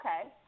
Okay